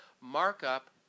Markup